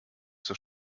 zur